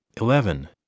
eleven